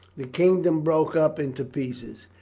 the kingdom broke up into pieces.